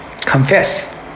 confess